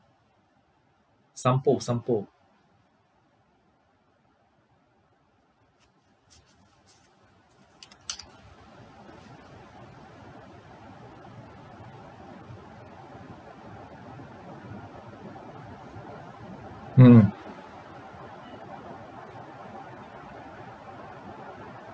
Sompo Sompo mm